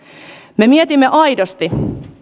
me mietimme aidosti